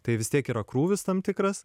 tai vis tiek yra krūvis tam tikras